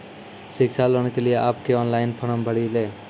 शिक्षा लोन के लिए आप के ऑनलाइन फॉर्म भरी ले?